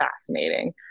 fascinating